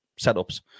setups